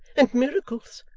and miracles!